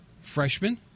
Freshman